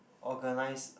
organize